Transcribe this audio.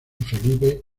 felipe